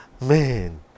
Man